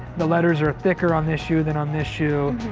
the letters are thicker on this shoe than on this shoe.